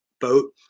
boat